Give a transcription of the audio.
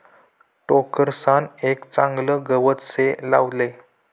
टोकरसान एक चागलं गवत से लावले